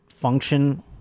function